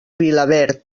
vilaverd